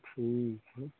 ठीक है